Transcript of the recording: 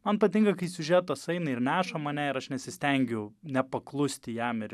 man patinka kai siužetas eina ir neša mane ir aš nesistengiu nepaklusti jam ir